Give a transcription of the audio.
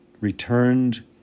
returned